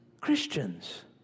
Christians